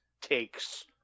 takes